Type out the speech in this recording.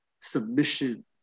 submission